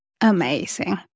Amazing